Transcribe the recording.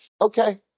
Okay